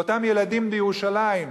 לאותם ילדים בירושלים.